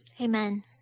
amen